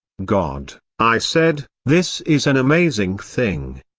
god, i said, this is an amazing thing.